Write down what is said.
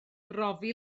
brofi